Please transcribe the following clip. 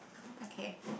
okay